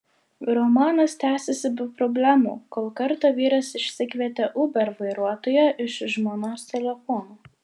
romanas tęsėsi be problemų kol kartą vyras išsikvietė uber vairuotoją iš žmonos telefono